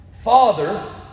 Father